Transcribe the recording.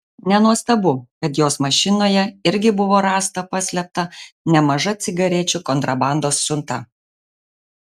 nenuostabu kad jos mašinoje irgi buvo rasta paslėpta nemaža cigarečių kontrabandos siunta